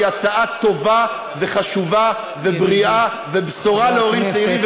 שהיא הצעה טובה וחשובה ובריאה ובשורה להורים צעירים,